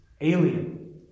alien